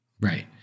Right